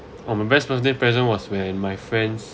oh my best birthday present was when my friends